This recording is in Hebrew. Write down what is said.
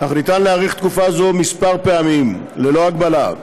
אך ניתן להאריך תקופה זו כמה פעמים ללא הגבלה.